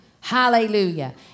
Hallelujah